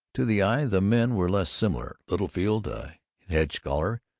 to the eye, the men were less similar littlefield, a hedge-scholar,